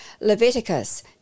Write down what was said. Leviticus